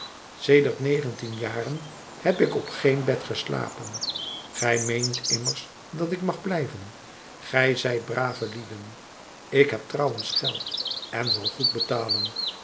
sedert negentien jaren heb ik op geen bed geslapen gij meent immers dat ik mag blijven gij zijt brave lieden ik heb trouwens geld en zal goed betalen